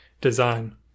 design